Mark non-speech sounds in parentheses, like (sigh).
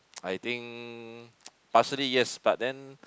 (noise) I think partially yes but then